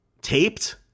taped